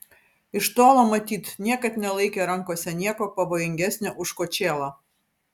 iš tolo matyt niekad nelaikė rankose nieko pavojingesnio už kočėlą